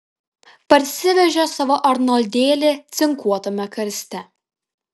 parsivežė savo arnoldėlį cinkuotame karste